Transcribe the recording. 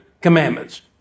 commandments